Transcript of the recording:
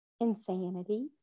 Insanity